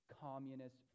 communist